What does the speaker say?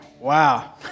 Wow